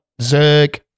Zerg